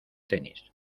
tenis